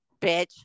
bitch